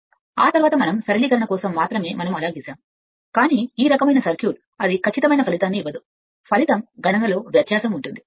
ఆ తరువాత మనం సరళీకరణ కోసం మాత్రమే ఉన్నాము కానీ ఈ రకమైన సర్క్యూట్ను ఊహిస్తే అది ఖచ్చితమైన ఫలితాన్ని ఇవ్వదు అయితే ఫలితం గణన తేడాగా ఉంటుంది